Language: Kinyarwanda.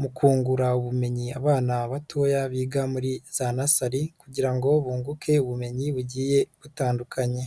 mu kungura ubumenyi abana batoya biga muri nasari kugira ngo bunguke ubumenyi bugiye butandukanye.